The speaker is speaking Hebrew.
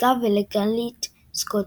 עתיקה ולגאלית סקוטית.